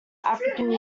african